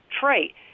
trait